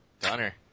Donner